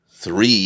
three